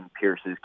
pierce's